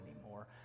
anymore